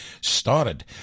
started